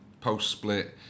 post-split